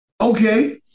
Okay